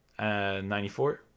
94